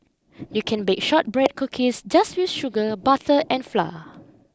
you can bake shortbread cookies just with sugar butter and flour